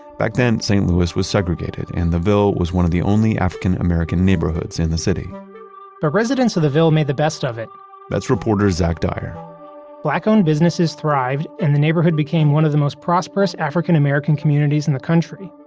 back then, st. louis was segregated, and the ville was one of the only african american neighborhoods in the city but residents of the ville made the best of it that's reporter zack dyer black-owned businesses thrived, and the neighborhood became one of the most prosperous african american communities in the country.